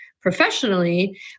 professionally